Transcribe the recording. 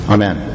Amen